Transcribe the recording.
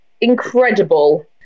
incredible